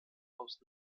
aus